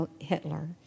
Hitler